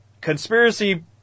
conspiracy